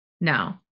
no